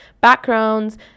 backgrounds